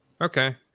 okay